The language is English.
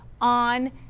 on